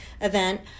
event